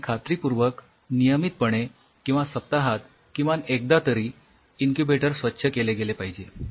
आणि खात्रीपूर्वक नियमितपणे किंवा सप्ताहात किमान एकदा तरी इन्क्युबेटर स्वच्छ केले गेले पाहिजे